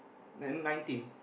then nineteen